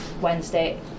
Wednesday